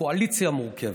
קואליציה מורכבת,